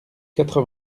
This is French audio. quatre